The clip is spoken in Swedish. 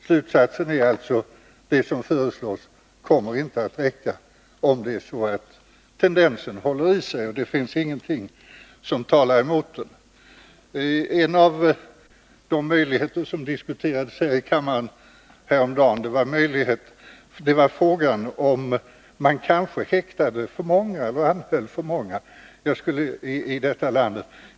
Slutsatsen är alltså: Det som föreslås kommer inte att räcka, om det är så att tendensen håller i sig, och det finns ingenting som talar emot det. En av de möjligheter som diskuterades i kammaren häromdagen var frågan om man kanske häktade för många och anhöll för många i detta land.